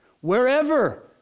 wherever